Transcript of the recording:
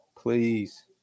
please